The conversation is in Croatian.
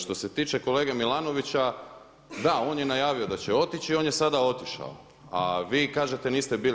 Što se tiče kolege Milanovića da on je najavio da će otići i on je sada otišao a vi kažete niste bili.